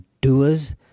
doers